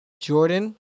Jordan